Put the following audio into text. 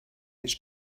its